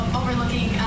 overlooking